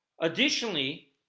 additionally